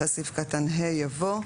אחרי סעיף קטן (ה) יבוא: